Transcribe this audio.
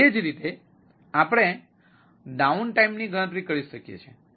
એ જ રીતે આપણે ડાઉન ટાઇમની ગણતરી કરી શકીએ છીએ